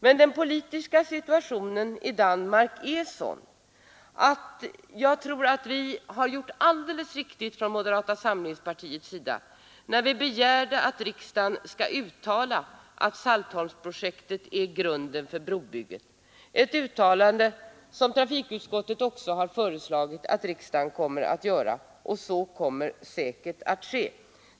Men den politiska situationen i Danmark är sådan att jag tror att vi har gjort alldeles rätt från moderata samlingspartiets sida när vi begärt att riksdagen skall uttala att Saltholmsprojektet är grunden för brobygget. Det är ett uttalande som trafikutskottet också har föreslagit att riksdagen skall göra, och så kommer säkerligen att ske.